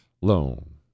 loan